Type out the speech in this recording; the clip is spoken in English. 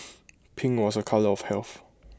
pink was A colour of health